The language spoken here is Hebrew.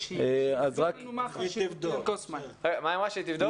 מה היא אמרה, שהיא תבדוק?